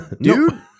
Dude